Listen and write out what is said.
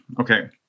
Okay